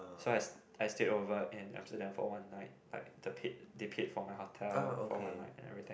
so I I stayed over at Amsterdam for one night like the paid they paid for my hotel for one night everything